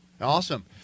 Awesome